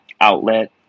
outlet